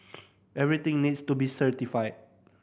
everything needs to be certified